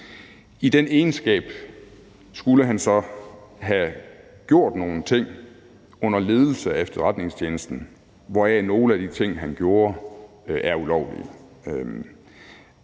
I den egenskab skulle han så have gjort nogle ting under ledelse af efterretningstjenesten, hvoraf nogle af de ting, han gjorde, er ulovlige.